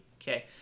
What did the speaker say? Okay